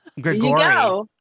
Gregory